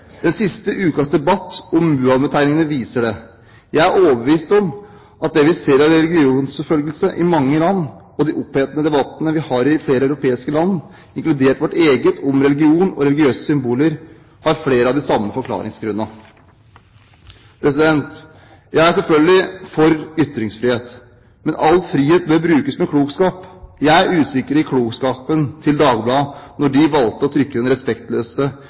Den siste ukens debatt om Muhammed-tegningene viser det. Jeg er overbevist om at det vi ser av religionsforfølgelse i mange land, og de opphetede debattene vi har i flere europeiske land, inkludert vårt eget, om religion og religiøse symboler, har flere av de samme forklaringsgrunnene. Jeg er selvfølgelig for ytringsfrihet, men all frihet bør brukes med klokskap. Jeg er usikker på klokskapen til Dagbladet når de valgte å trykke den respektløse